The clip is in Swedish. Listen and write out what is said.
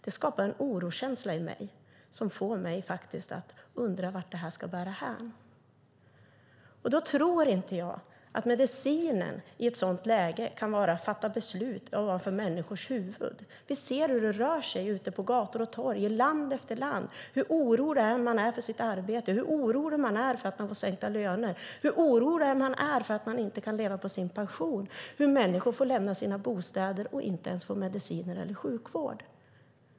Det skapar en oroskänsla i mig och jag undrar vart det ska bära hän. Jag tror inte att medicinen i ett sådant läge kan vara att fatta beslut ovanför människors huvuden. Vi ser hur det rör sig på gator och torg i land efter land. Man är orolig för sitt arbete, man är orolig för att få sänkt lön och man är orolig för att inte kunna leva på sin pension. Människor får lämna sina bostäder, och människor får inte ens medicin och sjukvård.